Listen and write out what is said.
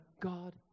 God